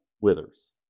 withers